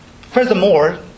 Furthermore